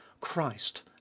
christ